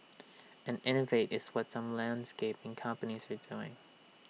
and innovate is what some landscaping companies we doing